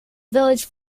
village